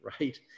right